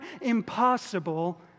impossible